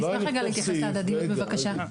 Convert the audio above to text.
אני אשמח רגע להתייחס להדדיות בבקשה.